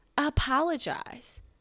apologize